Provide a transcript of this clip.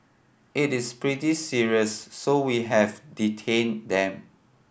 it is pretty serious so we have detained them